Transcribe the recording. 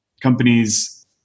companies